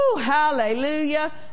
hallelujah